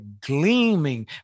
gleaming